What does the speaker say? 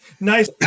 nice